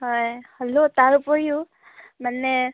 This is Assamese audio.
হয় হ'লেও তাৰ উপৰিও মানে